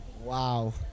Wow